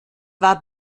war